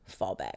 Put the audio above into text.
fallback